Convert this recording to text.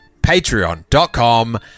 patreon.com